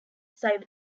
cyber